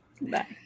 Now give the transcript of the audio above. bye